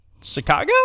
chicago